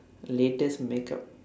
latest makeup